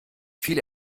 viel